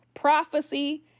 prophecy